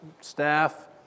staff